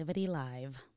Live